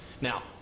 Now